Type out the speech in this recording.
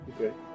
Okay